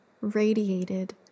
radiated